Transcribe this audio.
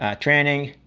ah training,